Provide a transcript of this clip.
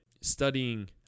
studying